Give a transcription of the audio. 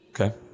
Okay